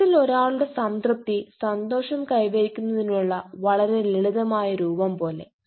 ജീവിതത്തിൽ ഒരാളുടെ സംതൃപ്തി സന്തോഷം കൈവരിക്കുന്നതിനുള്ള വളരെ ലളിതമായ രൂപം പോലെ